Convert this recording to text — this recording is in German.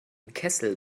kessel